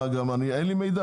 מה, אני אין לי מידע?